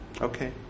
Okay